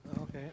okay